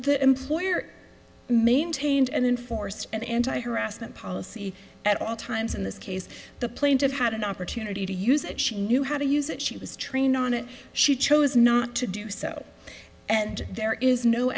the employer maintained and enforced an anti harassment policy at all times in this case the plaintiff had an opportunity to use it she knew how to use it she was trained on it she chose not to do so and there is no